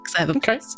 Okay